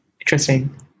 interesting